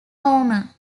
homer